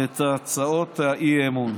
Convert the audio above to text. את הצעות האי-אמון.